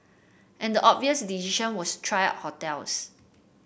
and the obvious decision was try hotels